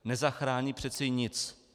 Nezachrání přece nic.